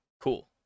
Cool